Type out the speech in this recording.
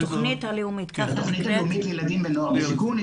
התוכנית הלאומית לילדים ונוער בסיכון.